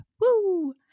Woo